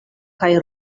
kaj